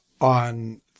on